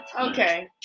Okay